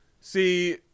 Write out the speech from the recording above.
See